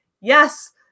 yes